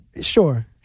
Sure